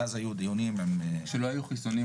ואז היו דיונים, כשלא היו חיסונים.